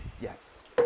Yes